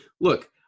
look